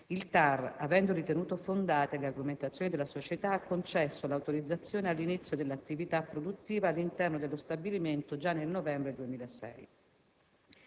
Il TAR, avendo ritenuto fondate le argomentazioni della società, ha concesso l'autorizzazione all'inizio dell'attività produttiva all'interno dello stabilimento già dal novembre 2006.